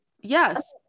Yes